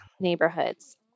neighborhoods